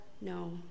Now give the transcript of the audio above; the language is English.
no